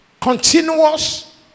continuous